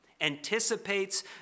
anticipates